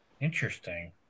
Interesting